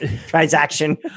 Transaction